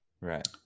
Right